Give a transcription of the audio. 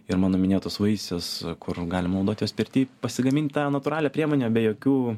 ir mano minėtus vaisius kur galima naudot juos pirty pasigamint tą natūralią priemonę be jokių